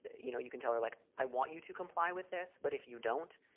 you know, you can tell her, like i want you to comply with this, but if you don't,